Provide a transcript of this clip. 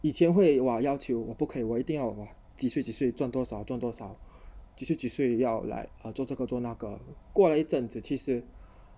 以前会 !wah! 要求不可以我一定要几岁几岁赚多少赚多少几岁几岁要 like ah 做这个做那个过了一阵子其实